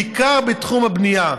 בעיקר בתחום הבנייה,